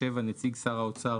נציג שר האוצר,